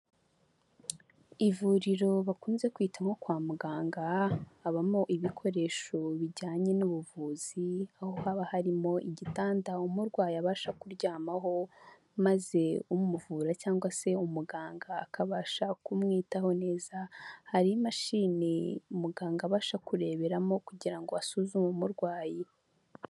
Ivuriro bakunze kwitah nko kwa muganga habamo ibikoresho bijyanye n'ubuvuzi aho haba harimo igitanda umurwayi abasha kuryamaho, maze umuvura cyangwa se umuganga akabasha kumwitaho neza, hari imashini muganga abasha kureberamo kugira ngo asuzume umurwayi.